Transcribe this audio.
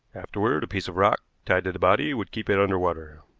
afterward a piece of rock tied to the body would keep it under water.